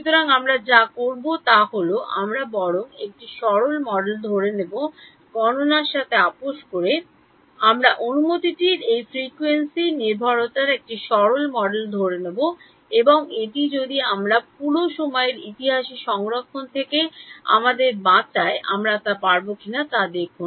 সুতরাং আমরা যা করব তা হল আমরা বরং একটি সরল মডেল ধরে নেব গণনার সাথে আপস করে আমরা অনুমতিটির এই ফ্রিকোয়েন্সি নির্ভরতার এক সরল মডেল ধরে নেব এবং এটি যদি আমাদের পুরো সময়ের ইতিহাস সংরক্ষণ থেকে আমাদের বাঁচায় আমরা তা পারব কিনা তা দেখুন